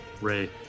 Ray